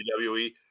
wwe